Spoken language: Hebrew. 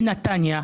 בנתניה.